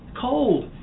Cold